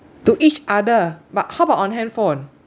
to each other but how about on handphone